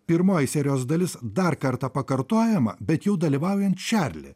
pirmoji serijos dalis dar kartą pakartojama bet jau dalyvaujant čarli